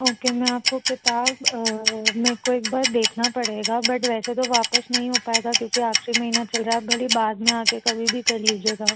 okay मैं आपको किताब मेको एक बार देखना पड़ेगा बट वैसे तो वापस नहीं हो पाएगा क्योंकि आखिरी महीना चल रहा है आप भले ही बाद में आके कभी भी कर लीजिएगा आप